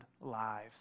lives